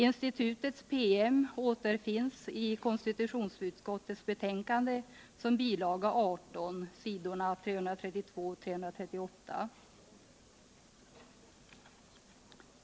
Institutets promemoria återfinns i konstitutionsutskottets betänkande såsom bil. 18 på s. 331-338.